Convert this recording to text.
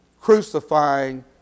crucifying